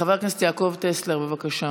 חבר הכנסת יעקב טסלר, בבקשה.